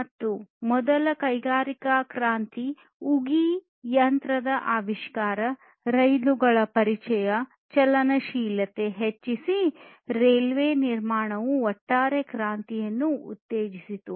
ಮತ್ತು ಈ ಮೊದಲ ಕೈಗಾರಿಕಾ ಕ್ರಾಂತಿಯನ್ನು ಉಗಿ ಯಂತ್ರದ ಆವಿಷ್ಕಾರ ರೈಲುಗಳ ಪರಿಚಯ ಚಲನಶೀಲತೆ ಹೆಚ್ಚಿಸಿ ರೈಲ್ವೆ ನಿರ್ಮಾಣವು ಒಟ್ಟಾರೆ ಕ್ರಾಂತಿಯನ್ನು ಉತ್ತೇಜಿಸಿತು